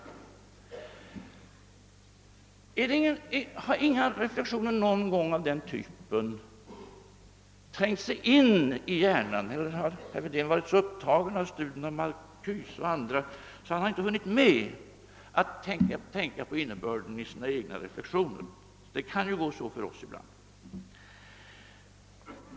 Har inga reflexioner av den typen någon gång trängt sig in i hjärnan? Kanske har herr Wedén varit så upptagen av studierna av Marcuse och andra, att han inte hunnit tänka på innebörden av sina egna reflexioner — det kan ju gå så ibland.